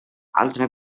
altra